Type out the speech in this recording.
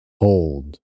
hold